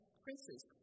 princes